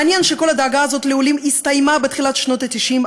מעניין שכל הדאגה הזאת לעולים הסתיימה בתחילת שנות ה-90,